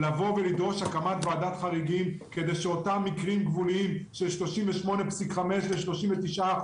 להקים ועדת חריגים כדי שאותם מקרים גבוליים של 38.5% ו-39%,